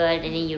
mm